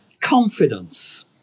confidence